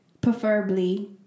preferably